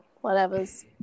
whatever's